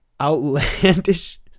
outlandish